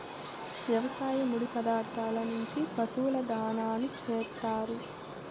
వ్యవసాయ ముడి పదార్థాల నుంచి పశువుల దాణాను చేత్తారు